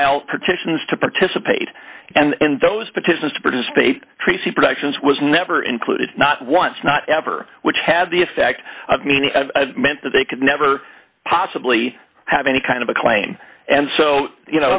file partitions to participate and those petitions to participate tracy productions was never included not once not ever which had the effect of meaning meant that they could never possibly have any kind of a claim and so you